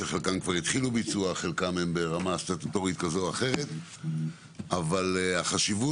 שחלקם כבר התחילו ביצוע וחלקם ברמה סטטוטורית כזו או אחרת אבל החשיבות,